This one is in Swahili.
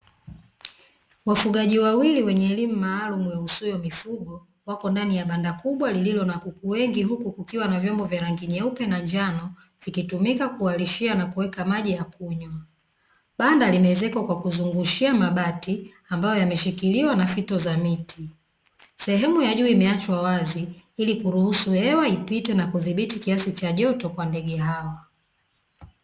Wafugaji wawili wenye elimu maalumu ihusuyo mifugo wako ndani ya banda kubwa lililo na kuku wengi, huku kukiwa na vyombo vya rangi nyeupe na njano vikitumika kuwalishia na maji ya kunywa. Banda limeezekwa kwa kuzungushia mabati na kushikiliwa na fito za miti. Sehemu ya juu imeachwa wazi ili kuruhusu hewa ipitie na kiasi cha joto kwa ndege hawa.